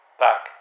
back